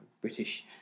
British